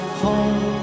home